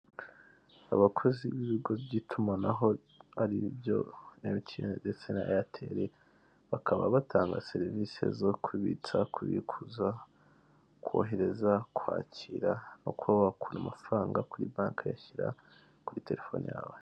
Abakozi b'ibigo by'itumanaho ari byo emutiyeni ndetse na eyateri bakaba batanga serivisi zo kubitsa, kubikuza, kohereza, kwakira no kuba wakura amafaranga kuri banki uyashyira kuri telefone yawe.